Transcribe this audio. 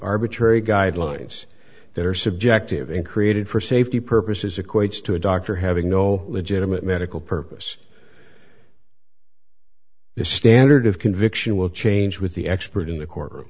arbitrary guidelines that are subjective and created for safety purposes equates to a doctor having no legitimate medical purpose the standard of conviction will change with the expert in the courtroom